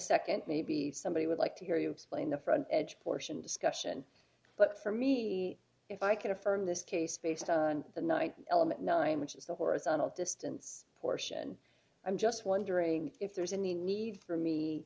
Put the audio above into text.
second maybe somebody would like to hear you explain the front edge portion discussion but for me if i can affirm this case based on the night element nine which is the horizontal distance portion i'm just wondering if there's any need for me